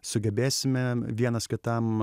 sugebėsime vienas kitam